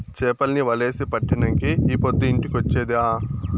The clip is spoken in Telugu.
చేపల్ని వలేసి పట్టినంకే ఈ పొద్దు ఇంటికొచ్చేది ఆ